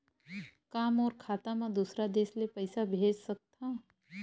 का मोर खाता म दूसरा देश ले पईसा भेज सकथव?